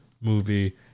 movie